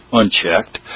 unchecked